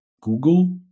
Google